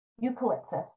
Eucalyptus